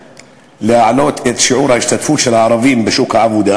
להעלות את שיעור ההשתתפות של הערבים בשוק העבודה,